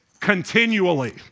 continually